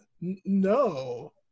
no